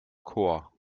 chor